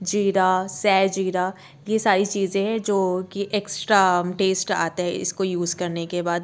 ज़ीरा शाहज़ीरा ये सारी चीज़े हैं जो कि एक्स्ट्रा टेस्ट आता है इसको यूज़ करने के बाद